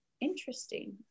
Interesting